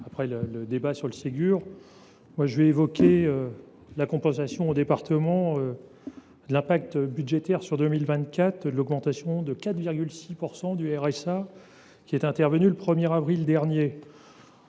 foulée du débat sur le Ségur, je vais évoquer la compensation aux départements de l’impact budgétaire, sur 2024, de l’augmentation de 4,6 % du RSA, qui est intervenue le 1 avril dernier.